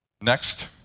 Next